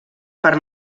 per